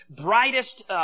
brightest